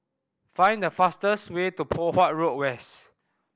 find the fastest way to Poh Huat Road West